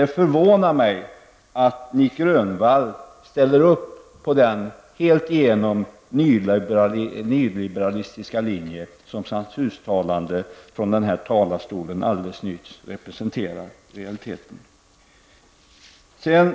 Det förvånar mig att Nic Grönvall ställer upp på den helt igenom nyliberalistiska linje som hans uttalande från den här talarstolen alldeles nyss innebär i realiteten. Herr talman!